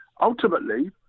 ultimately